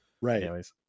right